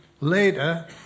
later